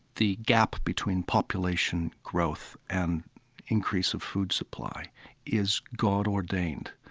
the gap between population growth and increase of food supply is god-ordained.